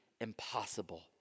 impossible